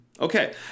Okay